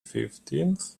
fifteenth